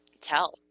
tell